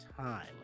time